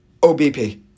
OBP